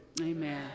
Amen